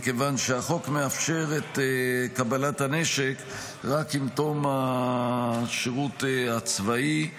מכיוון שהחוק מאפשר את קבלת הנשק רק עם תום השירות הצבאי.